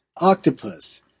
octopus